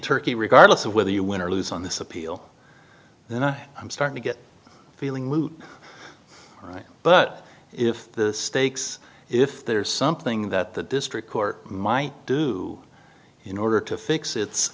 turkey regardless of whether you win or lose on this appeal then i start to get the feeling moot right but if the stakes if there is something that the district court might do in order to fix its